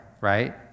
right